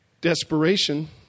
Desperation